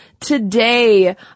today